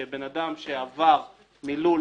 שבן אדם שעבר מלול,